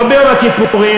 לא ביום הכיפורים,